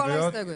כל ההסתייגויות.